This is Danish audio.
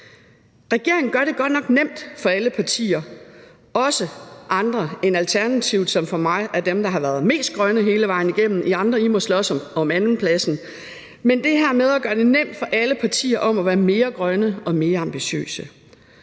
Regeringen gør det godt nok nemt for alle partier – også andre end Alternativet, som for mig er dem, der har været mest grønne hele vejen igennem; I andre må slås om andenpladsen – at være mere grønne og mere ambitiøse.